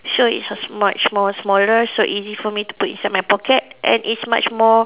so it's a much more smaller so easy for me to put inside my pocket and it's much more